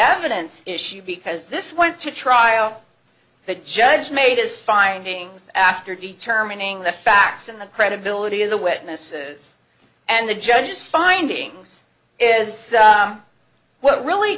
evidence issue because this went to trial the judge made his findings after determining the facts and the credibility of the witnesses and the judge's findings is what really